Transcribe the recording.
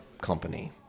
company